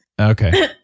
Okay